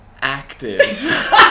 active